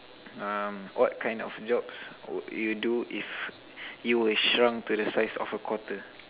um what kind of jobs would you do if you were shrunk to the size of a quarter